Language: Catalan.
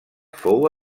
fou